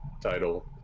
title